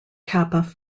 kappa